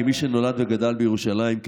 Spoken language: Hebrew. כמי שנולד וגדל בירושלים,